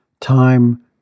time